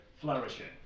flourishing